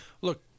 Look